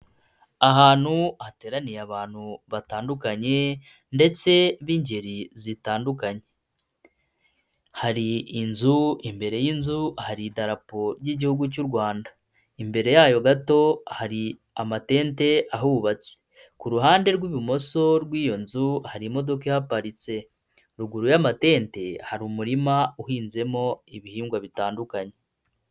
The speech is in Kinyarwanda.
Ahantu hateraniye abantu batandukanye ndetse b'ingeri zitandukanye hari inzu imbere y'inzu hari idarapo ry'igihugu cyu Rwanda ,imbere yayo gato hari amatete ahubatse ku ruhande rw'ibumoso rw'iyo nzu hari imodoka ihaparitse ruguru y'amatete hari umurima uhinzemo ibihingwa bitandukanye.